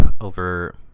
over